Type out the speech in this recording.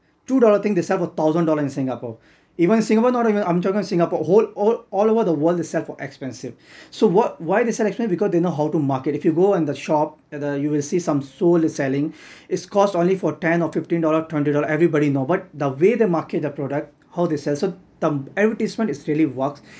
two dollar thing they sell for a thousand dollar in singapore even in singapore not even I'm talking singapore whole all all over the world they sell for expensive so what why they sell actually because they know how to market if you go in the shop and you will see some sole is selling its cost only for ten or fifteen dollar twenty dollar everybody know but the way they market their product how they sell so thumb advertisement is really works